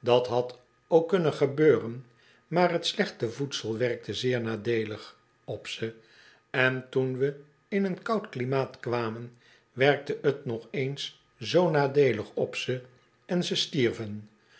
dat had ook kunnen gebeuren maar t slechte voedsel werkte zeer nadeelig op ze en toen we in een koud klimaat kwamen werkte t nog eens zoo nadeelig op ze en ze stierven